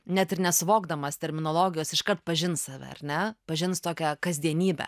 net ir nesuvokdamas terminologijos iškart pažins save ar ne pažins tokią kasdienybę